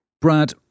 Brad